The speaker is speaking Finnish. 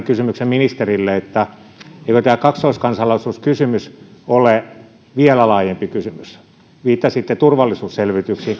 kysymyksen ministerille eikö tämä kaksoiskansalaisuuskysymys ole vielä laajempi kysymys viittasitte turvallisuusselvityksiin